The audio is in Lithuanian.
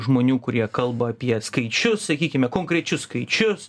žmonių kurie kalba apie skaičius sakykime konkrečius skaičius